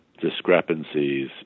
discrepancies